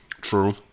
true